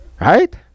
Right